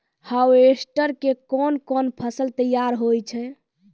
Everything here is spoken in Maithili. हार्वेस्टर के कोन कोन फसल तैयार होय छै?